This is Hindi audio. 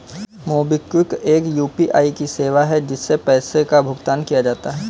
मोबिक्विक एक यू.पी.आई की सेवा है, जिससे पैसे का भुगतान किया जाता है